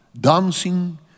dancing